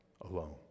alone